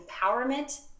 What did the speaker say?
empowerment